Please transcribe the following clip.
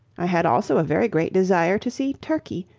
i had also a very great desire to see turkey,